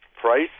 Price